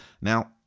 Now